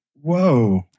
whoa